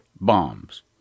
bombs